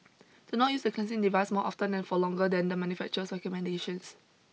do not use the cleansing device more often and for longer than the manufacturer's recommendations